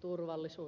turvallisuusstrategiassa